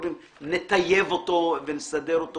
נטייב אותו ונסדר אותו